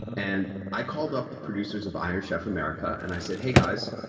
and i called up the producers of iron chef america and i said, hey guys,